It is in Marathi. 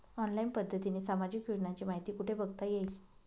ऑनलाईन पद्धतीने सामाजिक योजनांची माहिती कुठे बघता येईल?